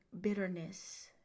bitterness